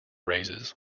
raises